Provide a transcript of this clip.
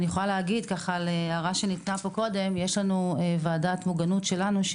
בהמשך להערה שניתנה פה קודם יש לנו ועדת מוגנות שלנו,